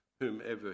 whomever